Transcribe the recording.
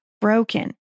broken